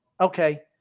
Okay